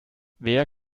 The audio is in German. wer